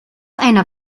einer